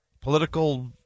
political